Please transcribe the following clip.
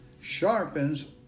sharpens